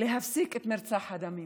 להפסיק את מרחץ הדמים.